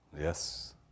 yes